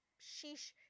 Sheesh